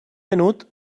venut